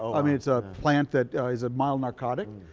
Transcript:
i mean it's a plant that is a mild narcotic,